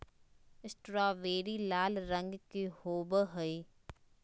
strawberry लाल रंग के होव हई